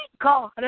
God